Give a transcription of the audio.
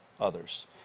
others